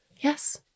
Yes